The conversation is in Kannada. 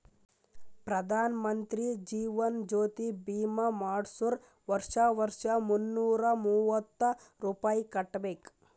ಪ್ರಧಾನ್ ಮಂತ್ರಿ ಜೀವನ್ ಜ್ಯೋತಿ ಭೀಮಾ ಮಾಡ್ಸುರ್ ವರ್ಷಾ ವರ್ಷಾ ಮುನ್ನೂರ ಮೂವತ್ತ ರುಪಾಯಿ ಕಟ್ಬಬೇಕ್